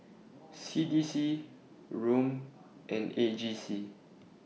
C D C Rom and A G C